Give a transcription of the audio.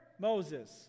Moses